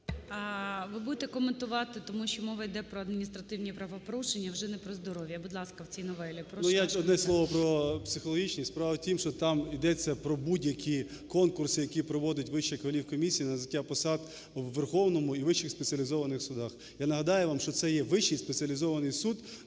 Ви будете коментувати, тому що мова йде про адміністративні правопорушення, вже не про здоров'я, будь ласка, в цій новелі… 13:11:08 КНЯЗЕВИЧ Р.П. Я одне слово про психологічні. Справа в тім, що там йдеться про будь-які конкурси, які проводить Вища кваліфкомісія на зайняття посад у Верховному і вищих спеціалізованих судах. Я нагадаю вам, що це є Вищий спеціалізований суд